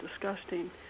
disgusting